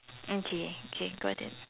okay okay got it